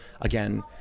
again